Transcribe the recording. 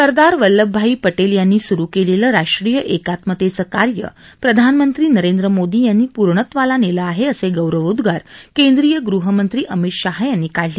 सरदार वल्लभभाई पटेल यांनी स्रु केलेलं राष्ट्रीय एकात्मतेचं कार्य प्रधानमंत्री नरेंद्र मोदी यांनी पूर्णत्वाला नेलं आहे असे गौरोवोदगार केंद्रीय गृहमंत्री अमित शाह यांनी काढले